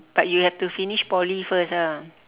but you have to finish poly first ah